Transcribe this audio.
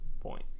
point